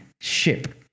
ship